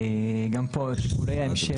להגיד אחת לשנה 180 שעות זה קצת